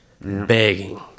Begging